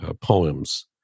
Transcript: poems